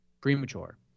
premature